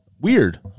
weird